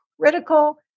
critical